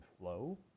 flow